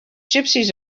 gypsies